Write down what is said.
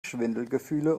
schwindelgefühle